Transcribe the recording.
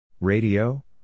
Radio